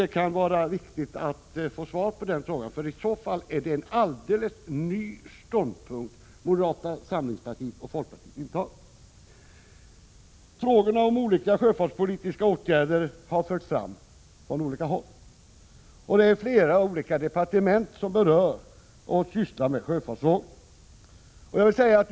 Det kan vara viktigt att få svar på denna fråga. I så fall är det en alldeles ny ståndpunkt som moderata samlingspartiet och folkpartiet intar. Frågorna om olika sjöfartspolitiska åtgärder har förts fram från olika håll, och det är flera olika departement som sysslar med sjöfartsfrågor och som berörs.